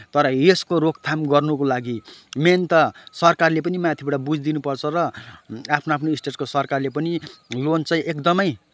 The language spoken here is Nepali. तर यसको रोकथाम गर्नको लागि मेन त सरकारले पनि माथिबाट बुझिदिनु पर्छ र आफ्नोआफ्नो स्टेटको सरकारले पनि लोन चाहिँ एकदमै